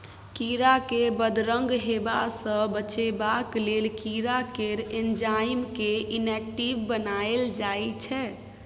कीरा केँ बदरंग हेबा सँ बचेबाक लेल कीरा केर एंजाइम केँ इनेक्टिब बनाएल जाइ छै